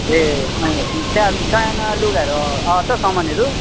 ए त्यहाँ नयाँ नयाँ लुगाहरू छ सामानहरू